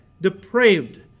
depraved